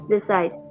decide